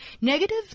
Negative